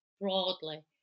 broadly